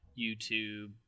YouTube